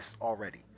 already